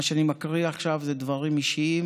מה שאני מקריא עכשיו זה דברים אישיים